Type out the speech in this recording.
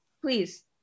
Please